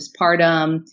postpartum